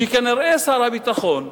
שכנראה שר הביטחון,